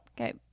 okay